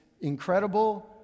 incredible